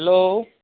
hello